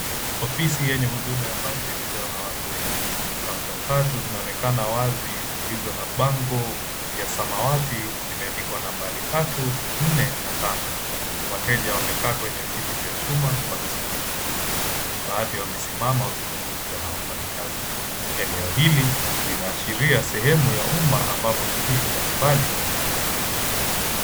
Ofisi yenye huduma ya kaunti imejawa na watu wengi. Kaunta tatu zinaonekana wazi zilizo na bango ya samawati zimeandikwa nambari tatu, nne, na tano. Wateja wamekaa kwenye viti vya chuma wakisubiri huduma. Baadhi yao wamesimama wakizungumza na wafanyikazi. Eneo hili linaashiria sehemu ya umma ambapo shughuli mbalimbali zinaendeshwa.